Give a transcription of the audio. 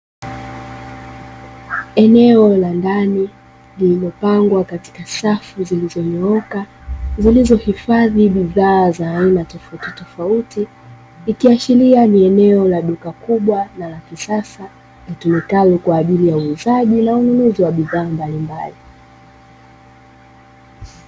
Eneo la ndani lililopangwa katika safu zilizonyooka zilizohifadhi bidhaa za aina tofau titofauti, ikiashiria ni eneo la duka kubwa na la kisasa litumikalo kwaajili ya uuzaji na ununuzi wa bidhaa mbalimbali.